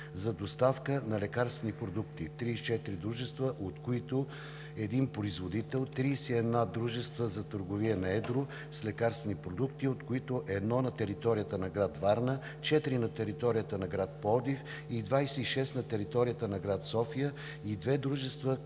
за доставка на лекарствени продукти – 34 дружества, от които един производител, 31 дружества за търговия на едро с лекарствени продукти, от които едно на територията на град Варна, четири на територията на град Пловдив и 26 на територията на град София, и две дружества,